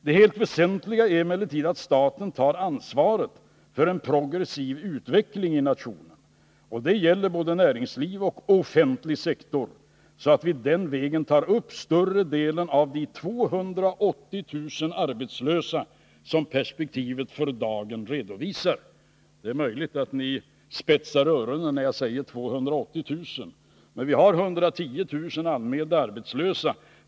Det helt väsentliga är emellertid att staten tar ansvaret för en progressiv utveckling i nationen. Det gäller både näringsliv och offentlig sektor, så att vi den vägen tar upp större delen av de 280 000 arbetslösa som perspektivet för dagen redovisar. Det är möjligt att ni spetsar öronen när jag säger 280 000 arbetslösa, men det finns 110 000 anmälda arbetslösa.